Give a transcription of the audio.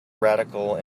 radical